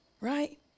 Right